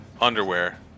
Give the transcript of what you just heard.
underwear